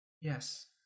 Yes